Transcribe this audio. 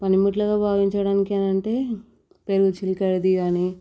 పనిముట్లుగా భావించడానికి అని అంటే పెరుగు చిలికేది అని